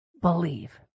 believe